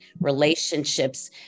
relationships